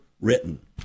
written